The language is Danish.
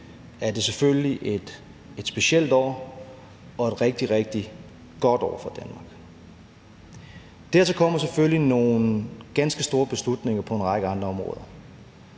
er det selvfølgelig et specielt år og et rigtig, rigtig godt år for Danmark. Dertil kommer selvfølgelig nogle ganske store beslutninger på en række andre områder.